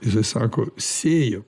jisai sako sėjau